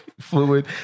fluid